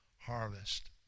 harvest